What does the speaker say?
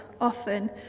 often